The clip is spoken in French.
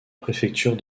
préfecture